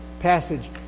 passage